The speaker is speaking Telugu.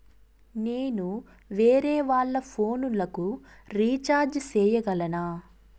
నేను వేరేవాళ్ల ఫోను లకు రీచార్జి సేయగలనా?